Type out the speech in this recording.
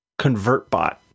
ConvertBot